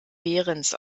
behrens